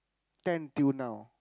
ten till now